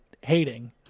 hating